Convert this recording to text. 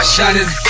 Shining